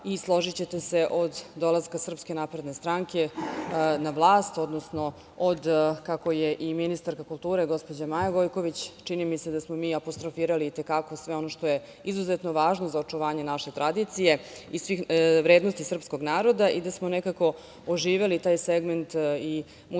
i, složićete se, od dolaska SNS na vlast odnosno od, kako je i ministarka kulture, gospođa Maja Gojković, čini mi se da smo mi apostrofirali i te kako sve ono što je izuzetno važno za očuvanje naše tradicije i vrednosti srpskog naroda i da smo nekako oživeli taj segment i muzejske